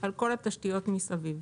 על כל התשתיות מסביב.